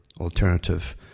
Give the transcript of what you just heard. alternative